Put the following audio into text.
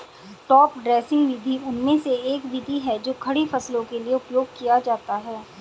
top dressing विधि उनमें से एक विधि है जो खड़ी फसलों के लिए उपयोग किया जाता है